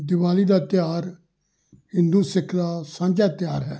ਦਿਵਾਲੀ ਦਾ ਤਿਉਹਾਰ ਹਿੰਦੂ ਸਿੱਖ ਦਾ ਸਾਂਝਾ ਤਿਉਹਾਰ ਹੈ